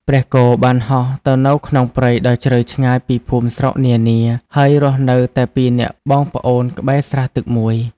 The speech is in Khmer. ព្រះគោបានហោះទៅនៅក្នុងព្រៃដ៏ជ្រៅឆ្ងាយពីភូមិស្រុកនានា ហើយរស់នៅតែពីរនាក់បងប្អូនក្បែរស្រះទឹកមួយ។